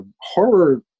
horror